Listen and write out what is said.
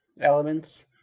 elements